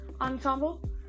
Ensemble